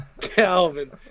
Calvin